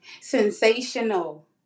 sensational